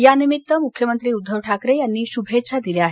या निमित्त मुख्यमंत्री उद्घव ठाकरे यांनी शुभेच्छा दिल्या आहेत